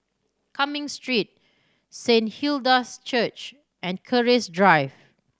Cumming Street Saint Hilda's Church and Keris Drive